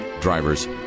drivers